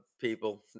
people